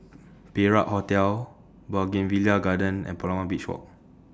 Perak Hotel Bougainvillea Garden and Palawan Beach Walk